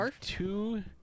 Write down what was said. two